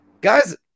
Guys